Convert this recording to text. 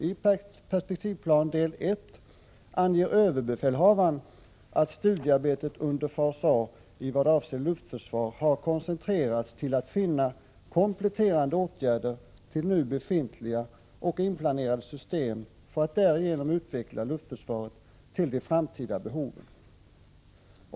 I perspektivplanen, del 1, anger överbefälhavaren att studiearbetet under fas A i vad avser luftförsvaret har koncentrerats till att finna kompletterande åtgärder till nu befintliga och inplanerade system för att därigenom utveckla luftförsvaret till de framtida behoven.